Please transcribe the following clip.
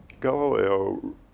Galileo